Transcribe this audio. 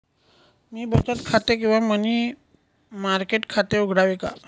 मी बचत खाते किंवा मनी मार्केट खाते उघडावे का?